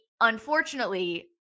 unfortunately